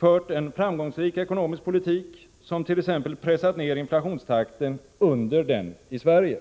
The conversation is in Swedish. fört en framgångsrik ekonomisk politik, som t.ex. pressat ned inflationstakten under den i Sverige.